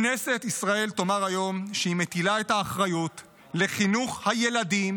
כנסת ישראל תאמר היום שהיא מטילה את האחריות לחינוך הילדים,